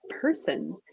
person